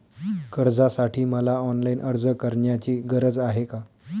कर्जासाठी मला ऑनलाईन अर्ज करण्याची गरज आहे का?